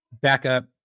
backup